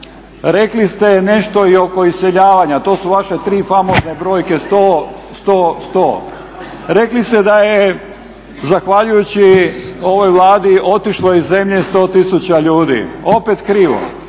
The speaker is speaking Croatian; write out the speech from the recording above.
rekli ste nešto i oko iseljavanja. To su vaše tri famozne brojke 100/100/100. Rekli ste da je zahvaljujući ovoj Vladi otišlo iz zemlje 100 tisuća ljudi. Opet krivo,